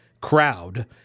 crowd